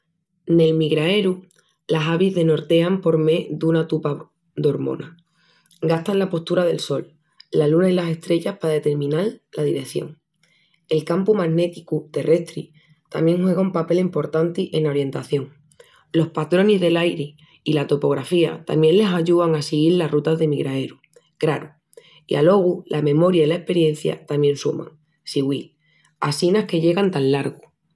Nel migraeru las avis de nortean por mé duna tupa de hormas. Gastan la postura del sol, la luna i las estrellas pa determinal la direción. El campu manéticu terrestri tamién juega un papel emportanti ena orentación. Los patronis del'airi i la topografía tamién les ayúan a siguil las rutas de migraeru. Craru, i alogu la memoria i la esperiencia tamién suman. siguil. Assina es que llegan tan largu!